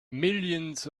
millions